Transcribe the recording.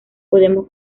podemos